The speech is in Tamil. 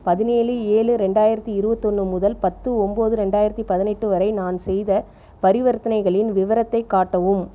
பதினேழு ஏழு ரெண்டாயிரத்து இருபத்தொன்னு முதல் பத்து ஒம்பது ரெண்டாயிரத்து பதினெட்டு வரை நான் செய்த பரிவர்த்தனைகளின் விவரத்தை காட்டவும்